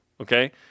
okay